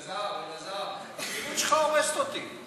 אלעזר, התמימות שלך הורסת אותי.